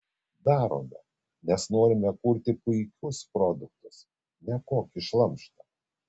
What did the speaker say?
darome nes norime kurti puikius produktus ne kokį šlamštą